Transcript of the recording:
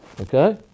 Okay